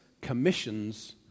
commissions